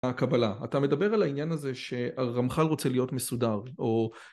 הקבלה, אתה מדבר על העניין הזה שהרמח"ל רוצה להיות מסודר או